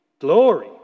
Glory